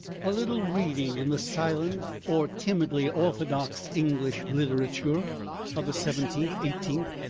a little reading in the silent or timidly orthodox english literature of the seventeenth, eighteenth,